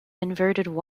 inverted